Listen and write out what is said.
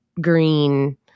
green